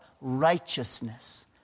righteousness